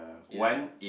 ya